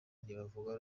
ntibavuga